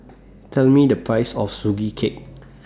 Tell Me The Price of Sugee Cake